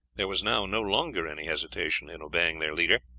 there was now no longer any hesitation in obeying their leader,